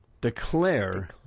declare